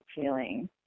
feeling